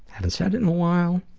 haven't said it in awhile.